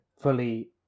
fully